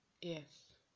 Yes